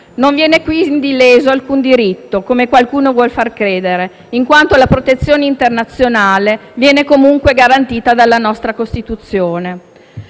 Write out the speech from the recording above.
Non viene quindi leso alcun diritto, come qualcuno vuol far credere, in quanto la protezione internazionale viene comunque garantita dalla nostra Costituzione.